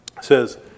says